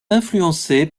influencée